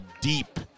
deep